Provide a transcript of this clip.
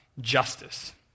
justice